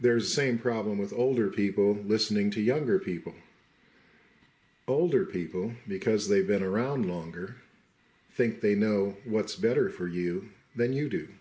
there's same problem with older people listening to younger people older people because they've been around longer think they know what's better for you than you do